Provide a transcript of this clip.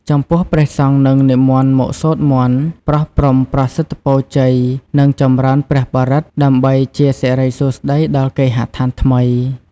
ចំពោះព្រះសង្ឃនឹងនិមន្តមកសូត្រមន្ត ប្រោះព្រំប្រសិទ្ធពរជ័យ និងចម្រើនព្រះបរិត្ត ដើម្បីជាសិរីសួស្តីដល់គេហដ្ឋានថ្មី។